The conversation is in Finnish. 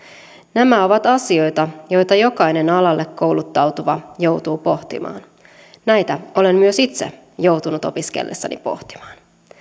nämä ovat asioita joita jokainen alalle kouluttautuva joutuu pohtimaan näitä olen myös itse joutunut opiskellessani pohtimaan